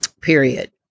Period